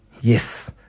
Yes